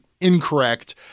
incorrect